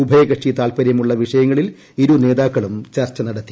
ഉഭയകക്ഷി താൽപര്യമുള്ള വിഷയങ്ങളിൽ ഇരു നേതാക്കളും ചർച്ച നടത്തി